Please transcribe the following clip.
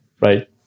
right